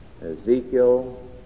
Ezekiel